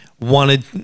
wanted